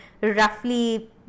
roughly